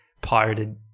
pirated